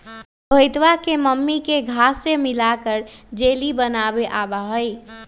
रोहितवा के मम्मी के घास्य मिलाकर जेली बनावे आवा हई